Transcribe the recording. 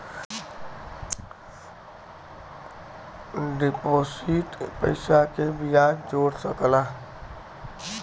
deposit पइसा के बियाज जोड़ सकला